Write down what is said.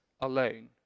alone